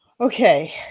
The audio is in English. Okay